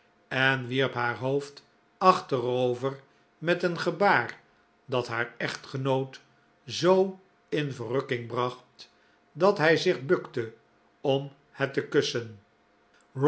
en wierp haar hoofd achterover met een gebaar dat haar echtgenoot zoo in verrukking bracht dat hij zich bukte om het te kussen